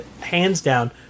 hands-down